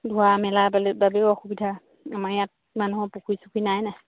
ধোৱা মেলা বাবেও অসুবিধা আমাৰ ইয়াত মানুহৰ পুখুৰী চুখুৰী নাই নাই